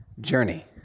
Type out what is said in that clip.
journey